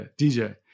DJ